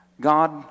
God